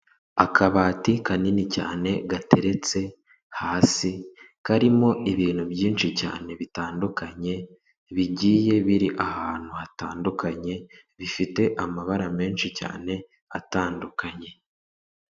Akabati kanini cyane gateretse hasi, karimo ibintu byinshi cyane bitandukanye, bigiye biri ahantu hatandukanye, bifite amabara menshi cyane atandukanye.